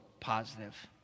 positive